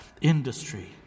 industry